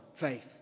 faith